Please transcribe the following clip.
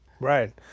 Right